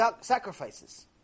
sacrifices